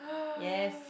yes